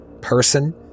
person